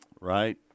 Right